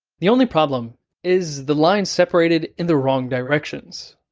the only problem is, the lines separated in the wrong directions.